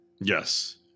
Yes